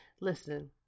Listen